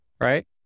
right